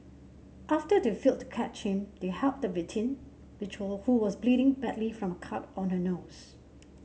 after they failed to catch him they helped the victim who was bleeding badly from a cut on her nose